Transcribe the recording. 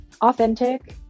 authentic